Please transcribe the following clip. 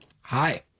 Hi